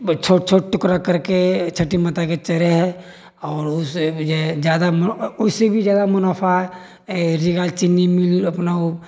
छोट छोट टुकड़ा करि के छठि माता के चढ़ै हय आओर उससे जे जादा आओर उससे भी जादा मुनाफा बिना चीनी मील अपना ओ